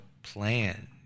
Plan